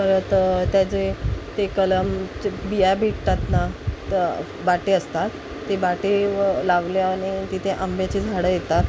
पर परत त्याचे ते कलमिया भेटतात ना बाटे असतात ते बाटे लावल्या आणि तिथे आंब्याची झाडं येतात